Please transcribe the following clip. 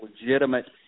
legitimate